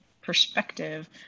perspective